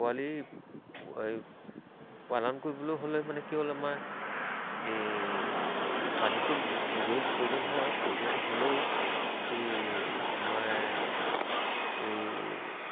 পোৱালি হেৰি পালন কৰিবলৈ হ'লে কি হ'ল আমাৰ এই পানীটো জৰুৰী প্ৰয়োজন হয় প্ৰয়োজন হ'লেও এই আমাৰ এই